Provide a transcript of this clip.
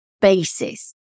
basis